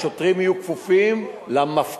השוטרים יהיו כפופים למפכ"ל,